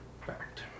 Fact